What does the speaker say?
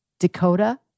Dakota